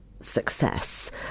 success